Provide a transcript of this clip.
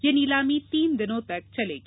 यह नीलामी तीन दिनों तक चलेगी